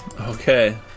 Okay